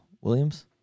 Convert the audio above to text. Williams